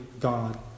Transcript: God